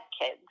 kids